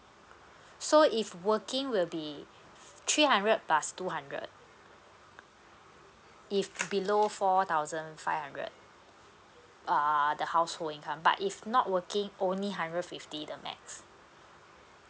so if working will be three hundred plus two hundred if below four thousand five hundred uh the household income but if not working only hundred fifty the max